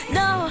no